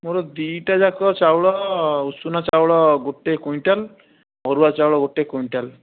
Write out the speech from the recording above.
ମୋର ଦୁଇଟା ଯାକ ଚାଉଳ ଉଷୁନା ଚାଉଳ ଗୋଟେ କୁଇଣ୍ଟାଲ୍ ଅରୁଆ ଚାଉଳ ଗୋଟେ କୁଇଣ୍ଟାଲ୍